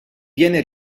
viene